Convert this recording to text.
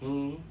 hmm